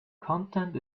content